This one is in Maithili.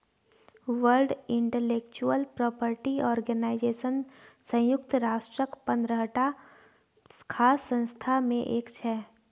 वर्ल्ड इंटलेक्चुअल प्रापर्टी आर्गेनाइजेशन संयुक्त राष्ट्रक पंद्रहटा खास संस्था मे एक छै